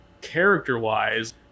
character-wise